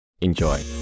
enjoy